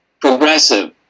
progressive